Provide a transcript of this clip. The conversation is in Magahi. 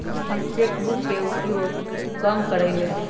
हम चेक बुक के उपयोग कम करइले